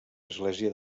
església